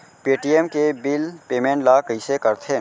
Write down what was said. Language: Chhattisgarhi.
पे.टी.एम के बिल पेमेंट ल कइसे करथे?